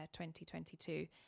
2022